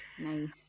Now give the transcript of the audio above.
nice